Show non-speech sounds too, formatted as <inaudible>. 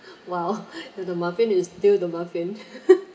well the the muffin is still the muffin <laughs>